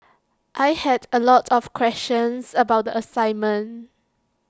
I had A lot of questions about the assignment